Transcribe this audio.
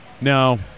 No